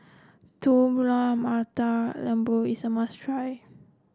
Telur Mata Lembu is a must try